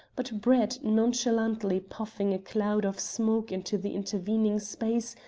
but brett, nonchalantly puffing a cloud of smoke into the intervening space,